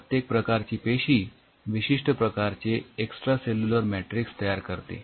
प्रत्येक प्रकारची पेशी विशिष्ठ प्रकारचे एक्सट्रा सेल्युलर मॅट्रिक्स तयार करते